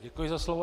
Děkuji za slovo.